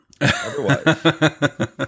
Otherwise